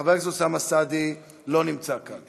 חבר הכנסת אוסאמה סעדי לא נמצא כאן,